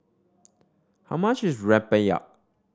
how much is rempeyek